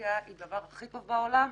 שהדמוקרטיה היא דבר הכי טוב בעולם,